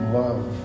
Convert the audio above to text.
love